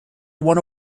won